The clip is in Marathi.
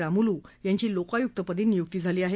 रामुलु यांची लोकायुक्तपदी नियुक्ती झाली आहे